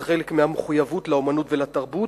זה חלק מהמחויבות לאמנות ולתרבות,